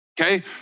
Okay